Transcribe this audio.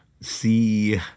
see